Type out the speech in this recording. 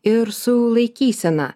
ir su laikysena